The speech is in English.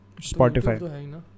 spotify